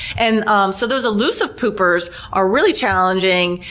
and um so those elusive poopers are really challenging,